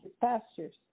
pastures